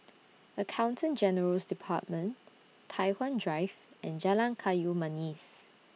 Accountant General's department Tai Hwan Drive and Jalan Kayu Manis